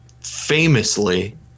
Famously